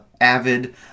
avid